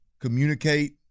communicate